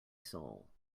soul